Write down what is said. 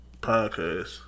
podcast